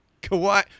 Kauai